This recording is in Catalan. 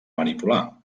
manipular